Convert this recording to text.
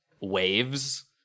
waves